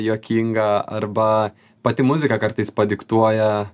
juokingą arba pati muzika kartais padiktuoja